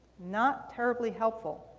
not terribly helpful.